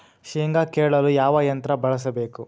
ಶೇಂಗಾ ಕೇಳಲು ಯಾವ ಯಂತ್ರ ಬಳಸಬೇಕು?